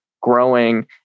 growing